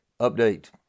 update